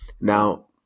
now